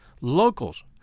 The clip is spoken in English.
Locals